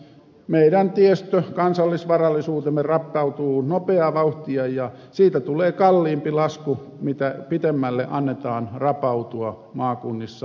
meidän tiestömme kansallisvarallisuutemme rapautuu nopeaa vauhtia ja siitä tulee sitä kalliimpi lasku mitä pitemmälle sen annetaan rapautua maakunnissa